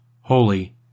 holy